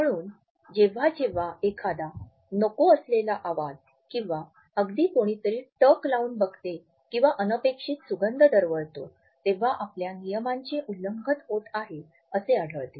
म्हणून जेव्हा जेव्हा एखादा नको असलेला आवाज किंवा अगदी कोणीतरी टक लावून बघते किंवा अनपेक्षित सुगंध दरवळतो तेव्हा आपल्या नियमांचे उल्लंघन होत आहे असे आढळते